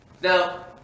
Now